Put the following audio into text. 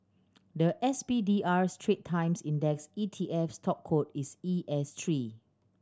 the S P D R Strait Times Index E T F stock code is E S three